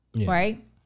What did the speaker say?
Right